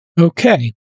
Okay